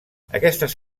aquestes